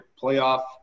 playoff